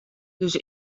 dus